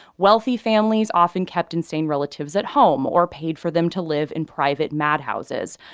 wealthy families often kept insane relatives at home or paid for them to live in private madhouses.